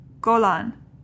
Golan